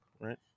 right